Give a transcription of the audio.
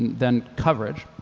then coverage.